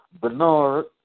Bernard